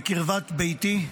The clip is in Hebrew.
בקרבת ביתי.